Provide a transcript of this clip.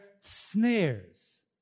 snares